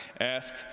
Ask